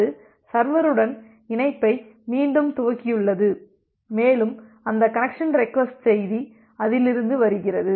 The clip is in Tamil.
அது சர்வருடன் இணைப்பை மீண்டும் துவக்கியுள்ளது மேலும் அந்த கனெக்சன் ரெக்வஸ்ட் செய்தி அதிலிருந்து வருகிறது